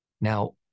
Now